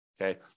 Okay